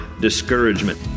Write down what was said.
discouragement